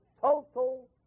total